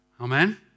Amen